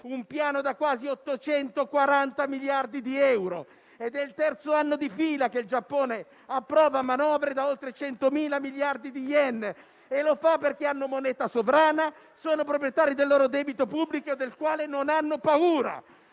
Un piano da quasi 840 miliardi di euro. È il terzo anno di fila che il Giappone approva manovre da oltre 100.000 miliardi di yen e lo fa perché ha moneta sovrana ed è proprietario del proprio debito pubblico, del quale non ha paura.